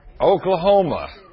Oklahoma